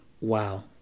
wow